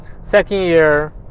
second-year